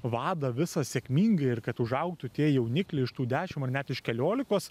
vadą visą sėkmingai ir kad užaugtų tie jaunikliai iš tų dešim ar net iš keliolikos